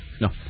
No